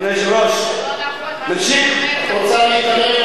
זה לא נכון, את רוצה לדבר?